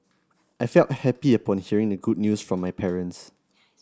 I felt happy upon hearing the good news from my parents